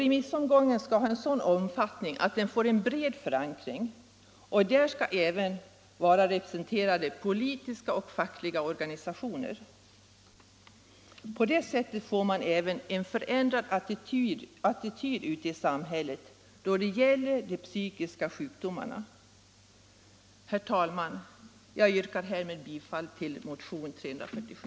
Remissomgången skall ha en sådan omfattning att den får en bred förankring, och där skall även politiska och fackliga organisationer vara representerade. På det sättet kan attityden till de psykiska sjukdomarna förändras ute i samhället. Herr talman! Jag yrkar härmed bifall till motionen 347.